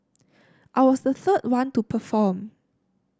I was the third one to perform